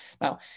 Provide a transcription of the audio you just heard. Now